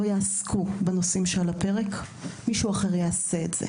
יעסקו בנושאים שעל הפרק אז מישהו אחר יעשה את זה,